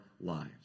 lives